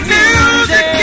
music